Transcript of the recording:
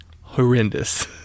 horrendous